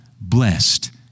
blessed